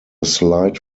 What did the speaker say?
slight